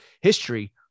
history